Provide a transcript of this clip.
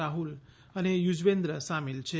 રાહ્લ અને યુઝવેન્દ્ર શામેલ છે